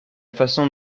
façon